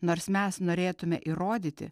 nors mes norėtume įrodyti